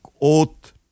oath